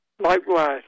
Likewise